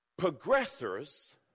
progressors